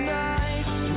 nights